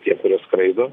tie kurie skraido